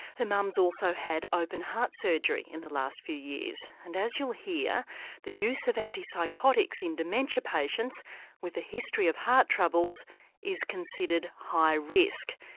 her mum's also had open heart surgery in the last few years and, as you'll hear the use of antipsychotics in dementia patients with a history of heart troubles is considered high risk,